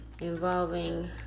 involving